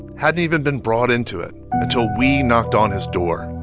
hadn't even been brought into it until we knocked on his door